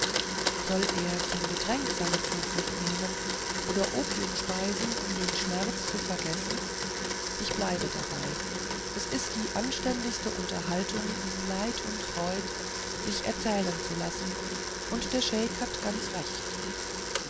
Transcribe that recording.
soll er zum getränke seine zuflucht nehmen oder opium speisen um den schmerz zu vergessen ich bleibe dabei es ist die anständigste unterhaltung in leid und freude sich erzählen zu lassen und der scheik hat ganz recht